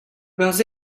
barzh